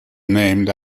named